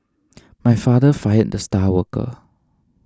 my father fired the star worker